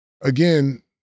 again